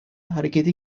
hareketi